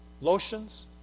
lotions